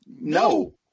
No